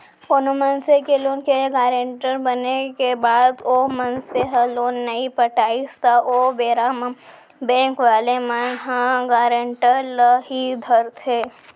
कोनो मनसे के लोन के गारेंटर बने के बाद ओ मनसे ह लोन नइ पटाइस त ओ बेरा म बेंक वाले मन ह गारेंटर ल ही धरथे